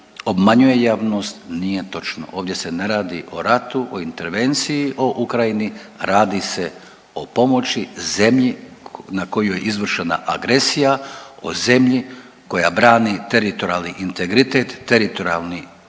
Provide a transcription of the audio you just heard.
obmanjuje javnost, nije točno, ovdje se ne radi o ratu, o intervenciji o Ukrajini, radi se o pomoći zemlji na kojoj je izvršena agresija, o zemlji koja brani teritorijalni integritet, teritorijalni